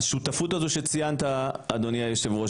השותפות הזאת שדיברת אדוני יושב הראש